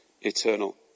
eternal